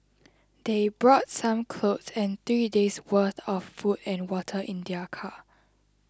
they brought some clothes and three days worth of food and water in their car